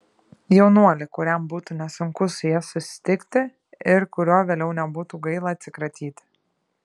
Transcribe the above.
jaunuolį kuriam būtų nesunku su ja susitikti ir kuriuo vėliau nebūtų gaila atsikratyti